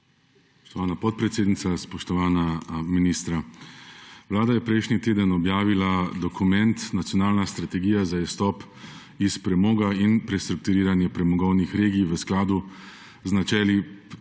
Spoštovana podpredsednica, spoštovana ministra! Vlada je prejšnji teden objavila dokument Nacionalna strategija za izstop iz premoga in prestrukturiranje premogovnih regij v skladu z načeli pravičnega